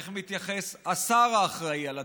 איך מתייחס השר האחראי לדבר.